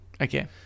Okay